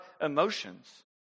emotions